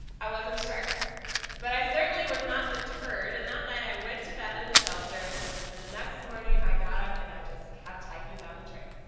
i was not sure but i certainly was not deterred. and that night i went to bed in the shelter and the next morning i got up and i just kept hiking down the trail.